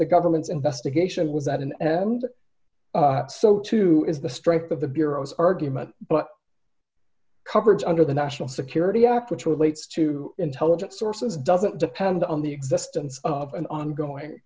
the government's investigation was at an end so too is the strength of the bureau's argument but coverage under the national security act which relates to intelligence sources doesn't depend on the existence of an ongoing